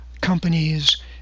companies